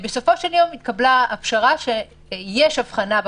בסופו של יום התקבלה הפשרה שיש הבחנה,